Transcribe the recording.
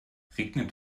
regnet